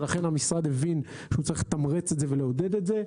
ולכן המשרד הבין שהוא צריך לתמרץ את זה ולעודד את זה,